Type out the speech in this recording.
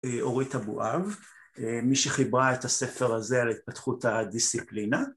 אורית אבואב, מי שחיברה את הספר הזה על התפתחות הדיסציפלינה